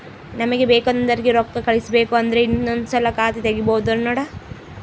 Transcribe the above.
ನಮಗೆ ಬೇಕೆಂದೋರಿಗೆ ರೋಕ್ಕಾ ಕಳಿಸಬೇಕು ಅಂದ್ರೆ ಇನ್ನೊಂದ್ಸಲ ಖಾತೆ ತಿಗಿಬಹ್ದ್ನೋಡು